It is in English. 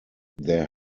there